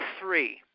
three